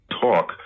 talk